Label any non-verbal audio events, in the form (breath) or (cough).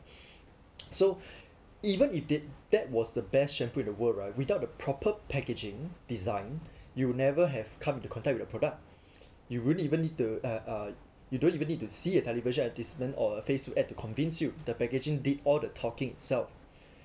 (breath) (noise) so (breath) even if did that was the best shampoo in the world right without the proper packaging design you never have come to contact with the product you wouldn't even need to uh uh you don't even need to see a television advertisement or facebook ad to convince you the packaging did all the talking itself